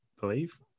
believe